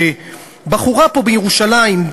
שבחורה פה בירושלים,